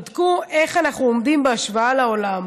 בדקו איך אנחנו עומדים בהשוואה לעולם,